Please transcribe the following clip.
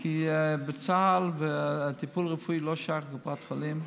כי בצה"ל הטיפול הרפואי לא שייך לקופת חולים.